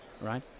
right